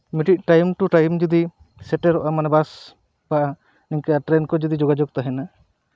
ᱢᱤᱫᱴᱮᱱ time to time ᱡᱩᱫᱤ ᱥᱮᱴᱮᱨᱚᱜᱼᱟ ᱢᱟᱱᱮ ᱵᱟᱥ ᱦᱮᱸ ᱱᱤᱝᱠᱟᱹ ᱟᱨ ᱴᱨᱮᱱ ᱠᱚ ᱡᱩᱫᱤ ᱡᱚᱜᱟᱡᱳᱜᱽ ᱛᱟᱦᱮᱱᱟ